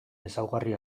ezaugarri